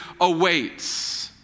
awaits